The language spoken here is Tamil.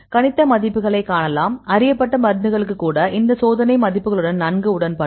கணித்த மதிப்புகளைக் காணலாம் அறியப்பட்ட மருந்துகளுக்கு கூட இந்த சோதனை மதிப்புகளுடன் நன்கு உடன்படும்